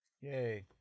yay